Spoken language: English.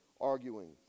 arguing